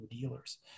Dealers